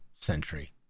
century